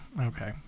okay